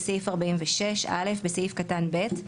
בסעיף 46 בסעיף קטן (ב),